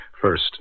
First